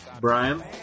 Brian